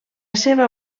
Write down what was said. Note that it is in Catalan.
seva